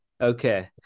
okay